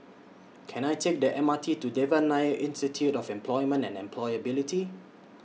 Can I Take The M R T to Devan Nair Institute of Employment and Employability